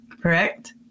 correct